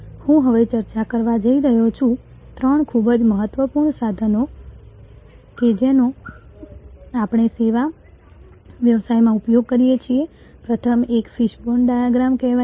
હું હવે ચર્ચા કરવા જઈ રહ્યો છું ત્રણ ખૂબ જ મહત્વપૂર્ણ સાધનો કે જેનો આપણે સેવા વ્યવસાયમાં ઉપયોગ કરીએ છીએ પ્રથમ એક ફિશબોન ડાયાગ્રામ કહેવાય છે